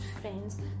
friends